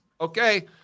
okay